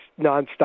nonstop